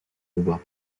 devoirs